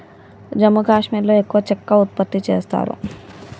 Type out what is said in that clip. జమ్మూ కాశ్మీర్లో ఎక్కువ చెక్క ఉత్పత్తి చేస్తారు